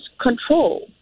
control